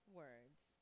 words